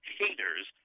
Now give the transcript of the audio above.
haters